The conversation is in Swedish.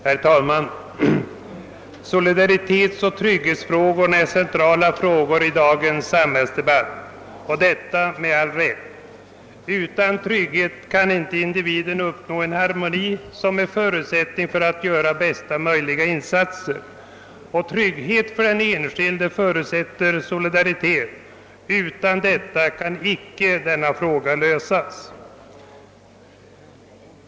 Herr talman! Solidaritetsoch trygghetsfrågorna intar en mycket central plats i dagens samhällsdebatt, och detta med all rätt. Utan trygghet kan individen inte känna den harmoni som är förutsättningen för att göra bästa möjliga insatser. Och tryggheten för den enskilde förutsätter solidaritet. Utan den kan problemen inte lösas.